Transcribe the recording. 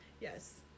Yes